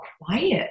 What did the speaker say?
quiet